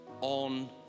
on